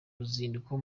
ruzinduko